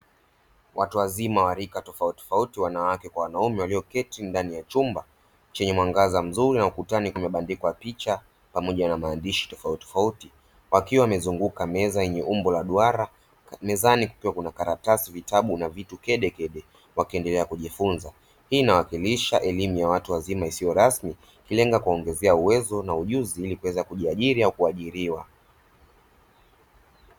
Watu wazima wa rika tofautitofauti wanawake kwa wanaume walioketi ndani ya chumba chenye mwangaza mzuri na ukutani kimebandikwa Picha pamoja na maandishi tofautitofauti wakiwa wamezunguka meza yenye umbo la duara, kupewa kuna karatasi vitabu na vitu kedekede wakiendelea kujifunza. Hii inawakilisha elimu ya watu wazima isiyo rasmi Ikilenga kuwaongezea uwezo na ujuzi ili kuweza kujiajiri au kuajiriwa.